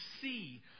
see